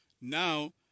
now